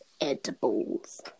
edibles